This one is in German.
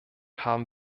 haben